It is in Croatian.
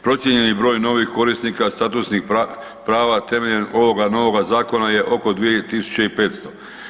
Procijenjeni broj novih korisnika statusnih prava temeljem ovoga novoga zakona je oko 2 tisuće i 500.